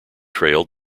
trail